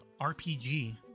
RPG